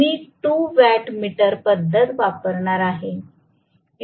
मी 2 watt meter पद्धत वापरणार आहे